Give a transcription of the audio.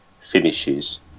finishes